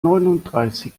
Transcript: neununddreißig